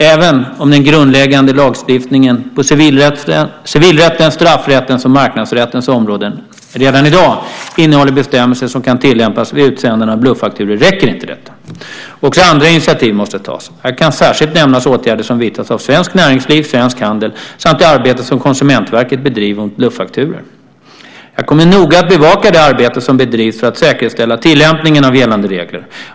Även om den grundläggande lagstiftningen på civilrättens, straffrättens och marknadsrättens områden redan i dag innehåller bestämmelser som kan tillämpas vid utsändande av bluffakturor räcker inte detta. Också andra initiativ måste tas. Här kan särskilt nämnas åtgärder som vidtas av Svenskt Näringsliv, Svensk Handel samt det arbete som Konsumentverket bedriver mot bluffakturor. Jag kommer noga att bevaka det arbete som bedrivs för att säkerställa tillämpningen av gällande regler.